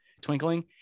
twinkling